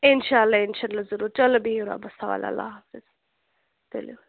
اِشااللہ اِنشااللہ ضُروٗر چَلو بِہِو رۄبس حَوال اللہ حافظ تُلِو حظ